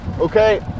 okay